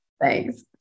Thanks